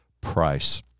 price